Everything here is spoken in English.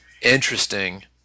interesting